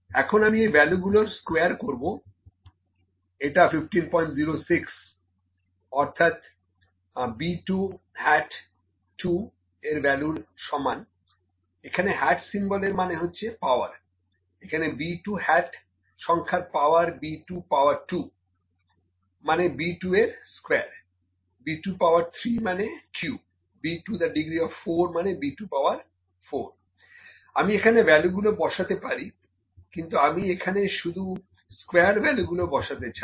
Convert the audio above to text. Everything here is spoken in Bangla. এখন আমি এই ভ্যালুগুলোর স্কোয়ার করবো এটা 1506 অর্থাৎ B2 হ্যাট 2 এর ভ্যালুর সমান এখানে হ্যাট সিম্বল এর মানে হচ্ছে পাওয়ার এখানে B2 হ্যাট সংখ্যার পাওয়ার মানে B2 পাওয়ার 2 মানে B2 এর স্কোয়ার B2 পাওয়ার 3 মানে cube B2 to the degree of 4 মানে B2 পাওয়ার 4 আমি এখানে ভ্যালুগুলো বসাতে পারি কিন্তু আমি এখানে শুধু স্কোয়ার ভ্যালু গুলো বসাতে চাই